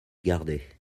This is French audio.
gardait